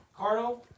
Cardo